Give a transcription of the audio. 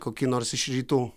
kokį nors iš rytų